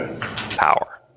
power